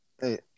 Hey